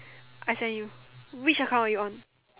I send you which account are you on